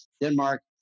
Denmark